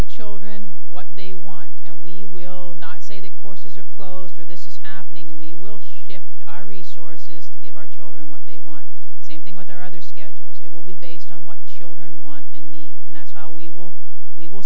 the children what they want and we will not say that courses are closed or this is happening we will shift our resources to give our children what they want same thing with our other schedules it will be based on what children want and need and that's how we will we will